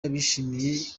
bishimiye